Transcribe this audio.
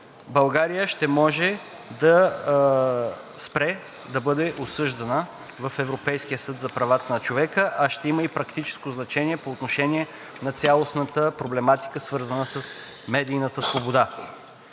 България ще може да спре да бъде осъждана в Европейския съд за правата на човека, а ще има и практическо значение по отношение на цялостната проблематика, свързана с медийната свобода.